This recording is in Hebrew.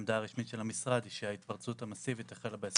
העמדה הרשמית של המשרד שההתפרצות המסיבית החלה ב-26 בדצמבר.